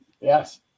Yes